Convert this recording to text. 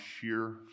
sheer